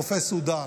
מחופי סודן.